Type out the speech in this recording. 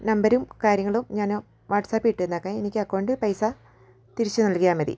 നമ്പരും കാര്യങ്ങളും ഞാന് വാട്സാപ്പിൽ ഇട്ട് തന്നേക്കാം എനിക്ക് അക്കൗണ്ടിൽ പൈസ തിരിച്ചു നൽകിയാൽ മതി